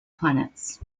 planets